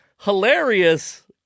hilarious